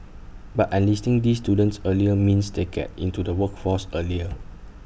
but enlisting these students earlier means they get into the workforce earlier